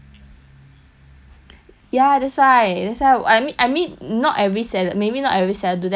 ya that's why that's why I mean I mean not every seller maybe not every seller do that ah but you know you never know